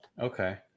Okay